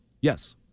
Yes